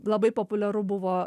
labai populiaru buvo